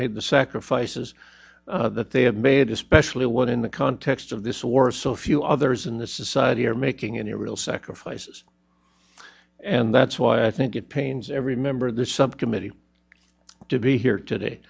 made the sacrifices that they have made especially when in the context of this war so few others in the society are making any real sacrifices and that's why i think it pains every member of the subcommittee to be here today